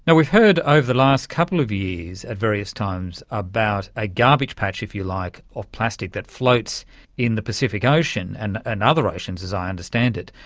and we've heard over the last couple of years at various times about a garbage patch, if you like, of plastic that floats in the pacific ocean, and and other oceans as i understand it.